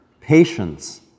patience